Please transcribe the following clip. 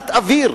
ליציאת אוויר.